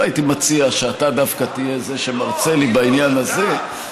לא הייתי מציע שאתה דווקא תהיה זה שמרצה לי בעניין הזה.